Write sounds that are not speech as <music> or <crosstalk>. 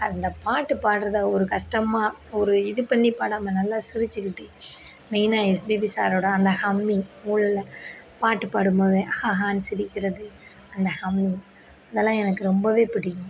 அந்த பாட்டு பாடுறதை ஒரு கஷ்டமாக ஒரு இது பண்ணி பாடாம நல்லா சிரிச்சுக்கிட்டு மெயினாக எஸ்பிபி சாரோட அந்த ஹம்மிங் <unintelligible> பாட்டு பாடும்போது ஹாஹான்னு சிரிக்கிறது அந்த ஹம்மிங் இதெல்லாம் எனக்கு ரொம்ப பிடிக்கும்